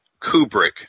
Kubrick